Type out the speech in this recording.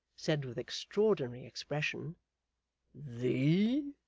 said with extraordinary expression the?